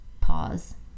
pause